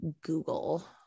google